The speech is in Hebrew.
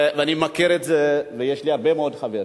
ואני מכיר את זה, ויש לי הרבה מאוד חברים,